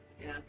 Yes